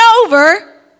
over